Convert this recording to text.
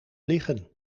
liggen